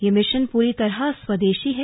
यह मिशन प्री तरह स्वदेशी है